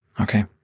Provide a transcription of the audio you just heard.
Okay